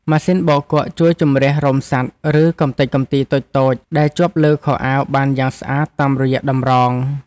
ម៉ាស៊ីនបោកគក់ជួយជម្រះរោមសត្វ ឬកំទេចកំទីតូចៗដែលជាប់លើខោអាវបានយ៉ាងស្អាតតាមរយៈតម្រង។